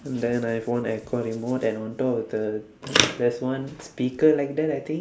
then I I have one aircon remote and on top of the there's one speaker like that I think